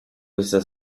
questa